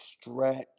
stretch